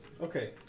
Okay